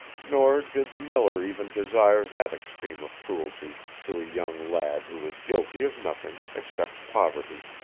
nor did the miller even desire that extreme of cruelty to a young lad who was guilty of nothing except poverty.